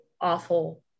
awful